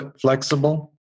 flexible